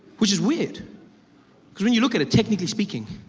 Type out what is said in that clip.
which is weird because when you look at it, technically speaking.